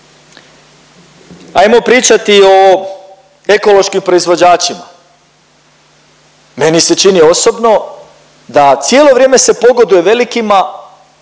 Ajmo pričati o ekološkim proizvođačima. Meni se čini osobno da cijelo vrijeme se pogoduje velikima,